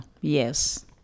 yes